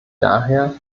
daher